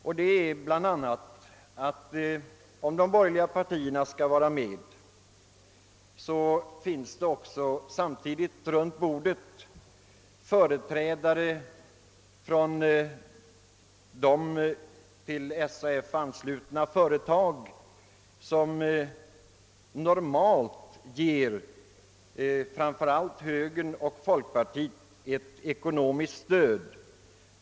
En av dessa anledningar är att om de borgerliga partierna skall vara med, så kommer det samtidigt att runt bordet sitta företrädare för till Arbetsgivareföreningen anslutna företag, vilka normalt ger främst högern och folkpartiet ett ekonomiskt stöd.